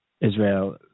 Israel